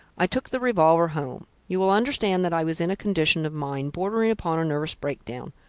i took the revolver home. you will understand that i was in a condition of mind bordering upon a nervous breakdown.